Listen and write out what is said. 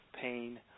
pain